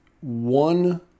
one